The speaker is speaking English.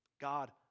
God